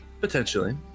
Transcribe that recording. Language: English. Potentially